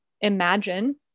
imagine